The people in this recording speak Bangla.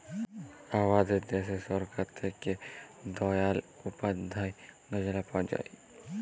আমাদের দ্যাশে সরকার থ্যাকে দয়াল উপাদ্ধায় যজলা পাওয়া যায়